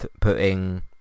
putting